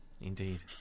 Indeed